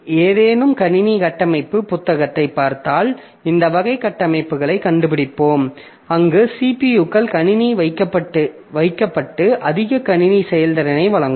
ஏதேனும் கணினி கட்டமைப்பு புத்தகத்தைப் பார்த்தால் இந்த வகை கட்டமைப்புகளை கண்டுபிடிப்போம் அங்கு CPUக்கள் கணினியில் வைக்கப்பட்டு அதிக கணினி செயல்திறனை வழங்கும்